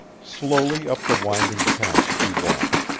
slowly up the winding path she walked,